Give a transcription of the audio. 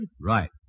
Right